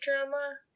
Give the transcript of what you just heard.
drama